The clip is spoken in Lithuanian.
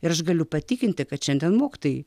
ir aš galiu patikinti kad šiandien mokytojai